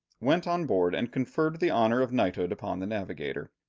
went on board, and conferred the honour of knighthood upon the navigator.